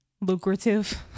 Lucrative